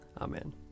Amen